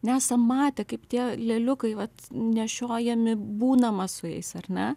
nesam matę kaip tie lėliukai vat nešiojami būnama su jais ar ne